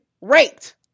raped